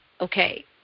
Okay